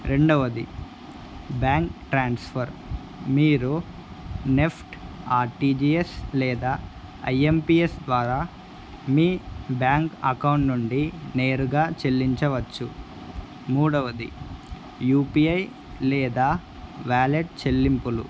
రెండవది bank transfer మీరు NEFT RTGS లేదా ఐఎంపిఎస్ ద్వారా మీ బ్యాంక్ అకౌంట్ నుండి నేరుగా చెల్లించవచ్చు మూడవది యూపిఐ లేదా వ్యాలెట్ చెల్లింపులు